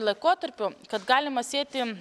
laikotarpiu kad galima sieti